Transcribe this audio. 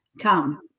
come